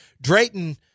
Drayton